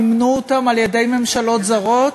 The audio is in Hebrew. מימנו אותם על-ידי ממשלות זרות.